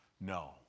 No